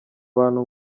bantu